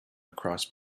across